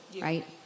right